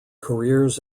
careers